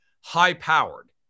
high-powered